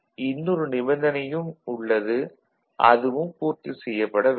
இன்னொரு நிபந்தனையையும் அது பூர்த்தி செய்ய வேண்டும்